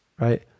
right